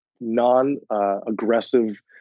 non-aggressive